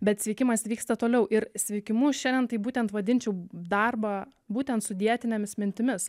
bet sveikimas vyksta toliau ir sveikimu šiandien tai būtent vadinčiau darbą būtent su dietinėmis mintimis